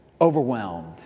overwhelmed